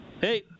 Hey